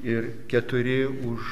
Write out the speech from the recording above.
ir keturi už